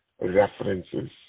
references